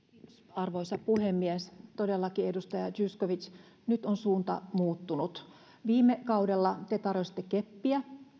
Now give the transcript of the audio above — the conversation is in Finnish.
arvoisa puhemies todellakin edustaja zyskowicz nyt on suunta muuttunut viime kaudella te tarjositte keppiä